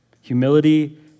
Humility